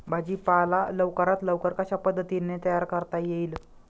भाजी पाला लवकरात लवकर कशा पद्धतीने तयार करता येईल?